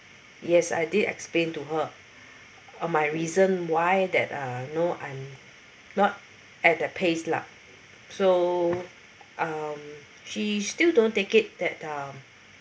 yes I did explain to her on my reason why that uh you know I'm not at the pace lah so um she still don't take it that um